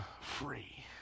free